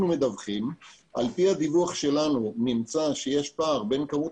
מדווחים ועל פי הדיווח שלנו נמצא שיש פער בין כמות